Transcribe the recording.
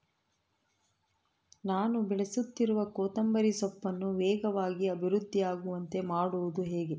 ನಾನು ಬೆಳೆಸುತ್ತಿರುವ ಕೊತ್ತಂಬರಿ ಸೊಪ್ಪನ್ನು ವೇಗವಾಗಿ ಅಭಿವೃದ್ಧಿ ಆಗುವಂತೆ ಮಾಡುವುದು ಹೇಗೆ?